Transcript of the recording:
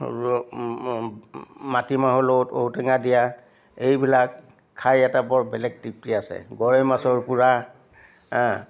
মাটি মাহৰ লগত ঔ টেঙা দিয়া এইবিলাক খাই এটা বৰ বেলেগ তৃপ্তি আছে গৰৈ মাছৰ পোৰা